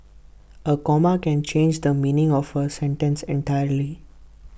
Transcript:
A comma can change the meaning of A sentence entirely